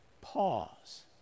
pause